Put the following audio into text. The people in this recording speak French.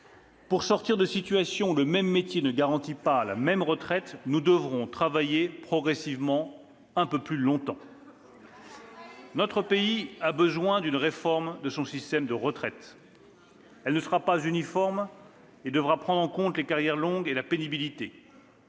pour sortir de situations où le même métier ne garantit pas la même retraite, nous devrons progressivement travailler un peu plus longtemps. « Notre pays a besoin d'une réforme de son système de retraite. Celle-ci ne sera pas uniforme et devra prendre en compte les carrières longues et la pénibilité.